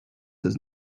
does